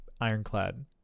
ironclad